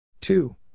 Two